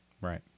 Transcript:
Right